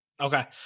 Okay